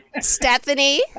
Stephanie